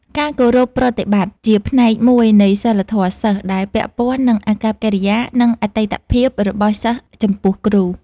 ការគោរពប្រតិបត្តិ ជាផ្នែកមួយនៃសីលធម៌សិស្ស ដែលពាក់ព័ន្ធនឹងអាកប្បកិរិយា និងអតីតភាពរបស់សិស្សចំពោះគ្រូ។